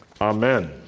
Amen